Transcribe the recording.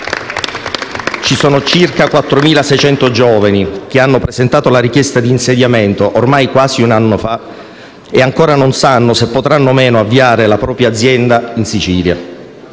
Ci sono circa 4.600 giovani che hanno presentato la richiesta di insediamento, ormai quasi un anno fa, e ancora non sanno se potranno o no avviare la propria azienda in Sicilia.